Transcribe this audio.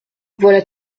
voilà